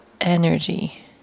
energy